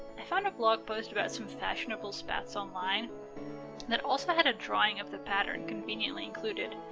i found a blog post about some fashionable spats online that also had a drawing of the pattern conveniently included,